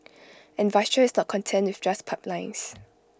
and Russia is not content with just pipelines